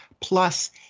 Plus